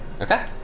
Okay